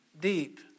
deep